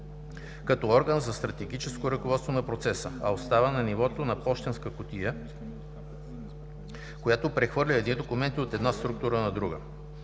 като орган за стратегическо ръководство на процеса, а остава на нивото на „пощенска кутия", която прехвърля едни документи от една структура на друга.